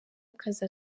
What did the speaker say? akazi